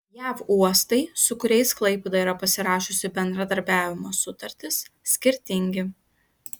jav uostai su kuriais klaipėda yra pasirašiusi bendradarbiavimo sutartis skirtingi